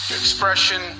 expression